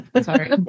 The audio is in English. Sorry